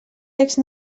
text